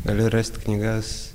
gali rast knygas